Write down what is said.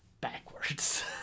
backwards